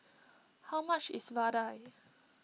how much is Vadai